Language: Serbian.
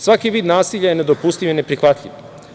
Svaki vid nasilja je nedopustiv i neprihvatljiv.